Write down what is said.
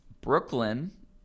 brooklyn